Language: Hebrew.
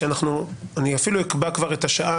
אני אפילו כבר אקבע את השעה,